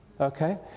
okay